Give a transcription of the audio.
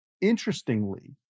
Interestingly